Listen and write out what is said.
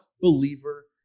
believer